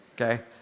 okay